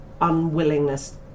unwillingness